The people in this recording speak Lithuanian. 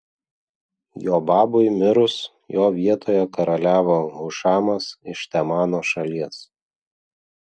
jobabui mirus jo vietoje karaliavo hušamas iš temano šalies